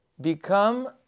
become